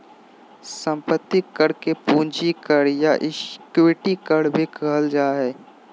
संपत्ति कर के पूंजी कर या इक्विटी कर भी कहल जा हइ